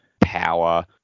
power